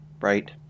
right